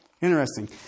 Interesting